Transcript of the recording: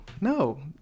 no